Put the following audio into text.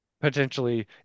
potentially